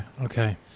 Okay